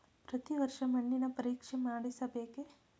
ಪ್ರತಿ ವರ್ಷ ಮಣ್ಣಿನ ಪರೀಕ್ಷೆ ಮಾಡಿಸಬೇಕೇ?